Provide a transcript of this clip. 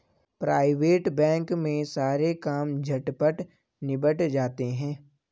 private bank में सारे काम झटपट निबट जाते हैं